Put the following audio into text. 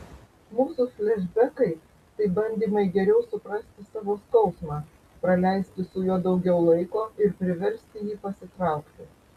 mūsų flešbekai tai bandymai geriau suprasti savo skausmą praleisti su juo daugiau laiko ir priversti jį pasitraukti